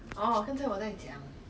twenty K_G 不会 lah